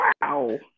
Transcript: Wow